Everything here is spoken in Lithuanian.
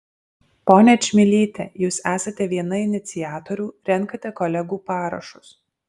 ponia čmilyte jūs esate viena iniciatorių renkate kolegų parašus